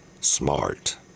smart